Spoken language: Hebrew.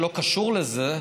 שלא קשור לזה,